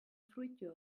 fruitu